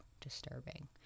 disturbing